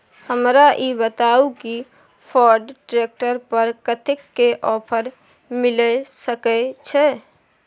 हमरा ई बताउ कि फोर्ड ट्रैक्टर पर कतेक के ऑफर मिलय सके छै?